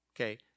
Okay